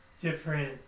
different